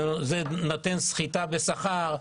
זה נותן סחיטה בשכר,